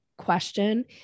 Question